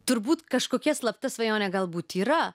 turbūt kažkokia slapta svajonė galbūt yra